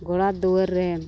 ᱜᱚᱲᱟ ᱫᱩᱣᱟᱹᱨ ᱨᱮ